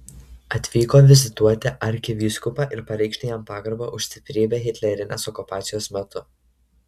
atvyko vizituoti arkivyskupą ir pareikšti jam pagarbą už stiprybę hitlerinės okupacijos metu